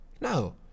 No